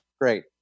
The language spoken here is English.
great